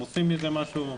הם עושים מזה משהו משמעותי.